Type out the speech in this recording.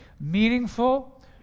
meaningful